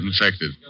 infected